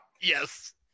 yes